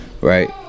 right